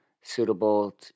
suitable